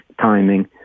timing